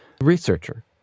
researcher